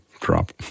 drop